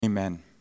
Amen